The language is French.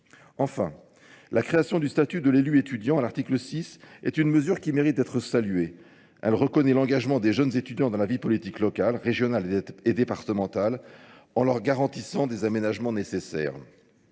Enfin, la création du statut de l'élu étudiant à l'article 6 est une mesure qui mérite d'être saluée. Elle reconnaît l'engagement des jeunes étudiants dans la vie politique locale, régionale et départementale en leur garantissant des aménagements nécessaires.